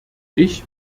ich